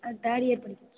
ஆ third year படிக்கிறாள்